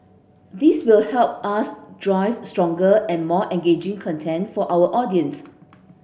this will help us drive stronger and more engaging content for our audiences